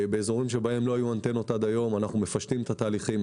באזורים שלא היו בהם אנטנות עד היום אנחנו מפשטים את התהליכים,